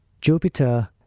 Jupiter